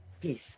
Peace